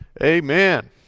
Amen